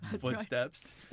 footsteps